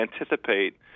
anticipate